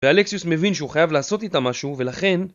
ואלקסיוס מבין שהוא חייב לעשות איתה משהו ולכן...